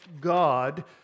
God